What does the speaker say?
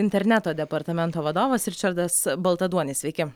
interneto departamento vadovas ričardas baltaduonis sveiki